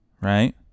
right